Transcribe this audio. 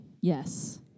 Yes